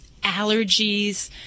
allergies